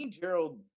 Gerald